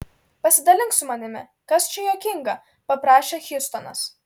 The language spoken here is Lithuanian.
pasidalink su manimi kas čia juokinga paprašė hjustonas